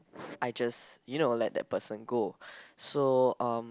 I just you know let that person go so um